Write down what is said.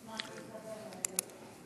אשמח לקבל את הרשימה, אדוני.